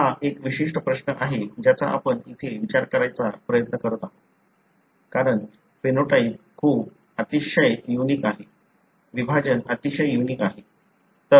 हा एक विशिष्ट प्रश्न आहे ज्याचा आपण इथे विचार करण्याचा प्रयत्न करीत आहात कारण फेनोटाइप खूप अतिशय युनिक आहे विभाजन अतिशय युनिक आहे